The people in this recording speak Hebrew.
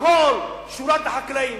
הכול שורת החקלאים.